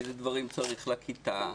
איזה דברים צריך לכיתה,